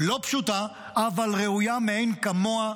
לא פשוטה, אבל ראויה מאין כמוה,